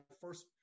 first